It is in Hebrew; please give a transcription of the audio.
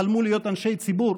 חלמו להיות אנשי ציבור,